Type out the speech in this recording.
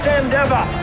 endeavor